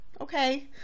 okay